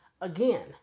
Again